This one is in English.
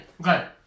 Okay